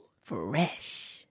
Fresh